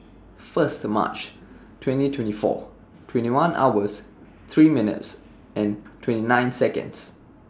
First March twenty twenty four twenty one hours three minutes and twenty nine Seconds